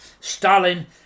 Stalin